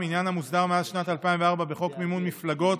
עניין המוסדר מאז שנת 2004 בחוק מימון מפלגות.